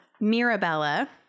Mirabella